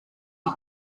wie